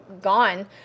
gone